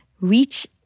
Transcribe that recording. reach